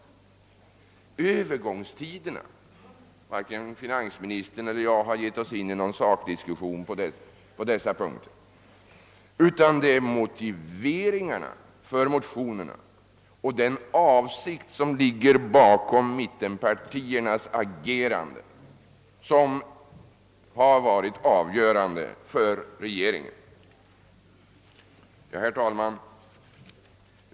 Det är inte övergångstiderna — varken finansministern eller jag har gett oss in på någon sakdiskussion på dessa punkter — utan det är motiveringarna för motionerna och den avsikt som ligger bakom mittenpartiernas agerande som har varit avgörande för regeringen. Herr talman!